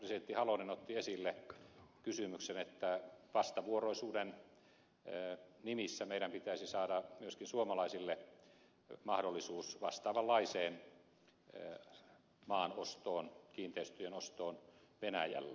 presidentti halonen otti esille kysymyksen että vastavuoroisuuden nimissä meidän pitäisi saada myöskin suomalaisille mahdollisuus vastaavanlaiseen maan ostoon kiinteistöjen ostoon venäjällä